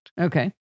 Okay